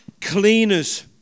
cleaners